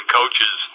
coaches